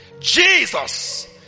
Jesus